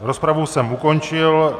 Rozpravu jsem ukončil.